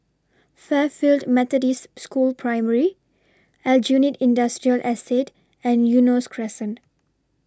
Fairfield Methodist School Primary Aljunied Industrial Estate and Eunos Crescent